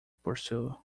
pursue